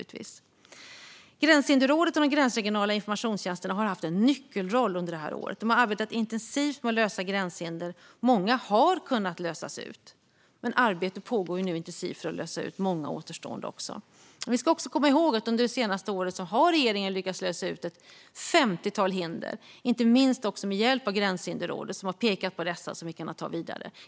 Gränshinderrådet och de gränsregionala informationstjänsterna har haft en nyckelroll under det här året. De har arbetat intensivt med att undanröja gränshinder, och många har kunnat lösas ut. Men arbete pågår nu intensivt för att också kunna lösa många återstående. Vi ska komma ihåg att regeringen under de senaste åren har lyckats undanröja ett femtiotal hinder, inte minst med hjälp av Gränshinderrådet, som har pekat på dessa så att vi har kunnat ta arbetet vidare.